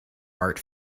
art